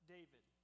David